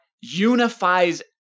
unifies